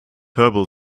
herbal